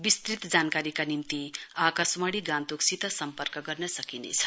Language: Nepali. विस्तृत जानकारीका निम्ति आकाशवाणी गान्तोकसित सम्पर्क गर्न सकिनेछ